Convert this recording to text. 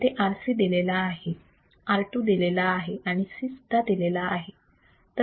इथे R1 दिलेला आहे R2 दिलेला आहे आणि C सुद्धा दिलेला आहे